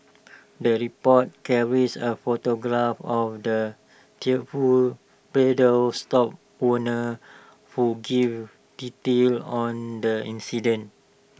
the report carries A photograph of the tearful bridal stop owner who give details on the incident